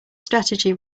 strategy